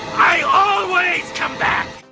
i always come back.